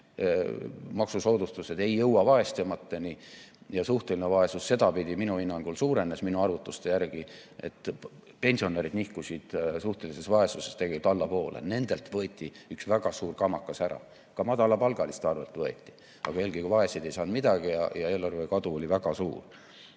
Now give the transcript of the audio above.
Maksusoodustused ei jõua vaesemateni ja suhteline vaesus sedapidi minu hinnangul, minu arvutuste järgi suurenes. Pensionärid nihkusid suhtelises vaesuses tegelikult allapoole, nendelt võeti üks väga suur kamakas ära, ka madalapalgaliste arvelt võeti. Eelkõige ei saanud vaesed midagi ja eelarvekadu on väga suur.